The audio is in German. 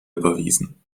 überwiesen